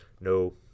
No